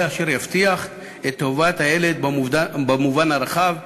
אשר יבטיח את טובת הילד במובן הרחב,